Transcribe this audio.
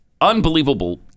unbelievable